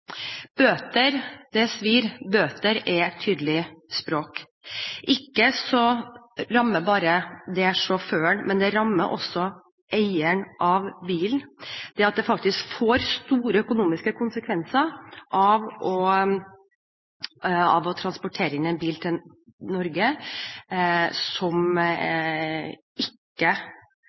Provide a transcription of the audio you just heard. Bøter svir, bøter er tydelig språk. Ikke bare rammer det sjåføren, det rammer også eieren av bilen, og det får store økonomiske konsekvenser å transportere en bil inn til Norge som ikke